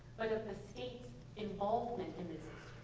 sort of the state's involvement in this